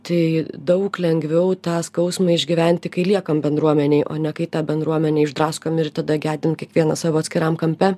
tai daug lengviau tą skausmą išgyventi kai liekam bendruomenėj o ne kai tą bendruomenę išdraskom ir tada gedim kiekvienas savo atskiram kampe